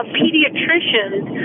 pediatricians